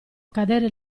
cadere